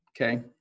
Okay